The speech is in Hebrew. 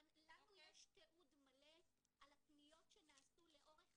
לנו יש תיעוד מלא על הפניות שנעשו לאורך